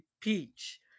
Peach